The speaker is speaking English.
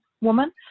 woman